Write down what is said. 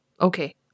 Okay